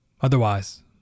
Otherwise